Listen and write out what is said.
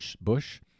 Bush—